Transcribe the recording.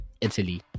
Italy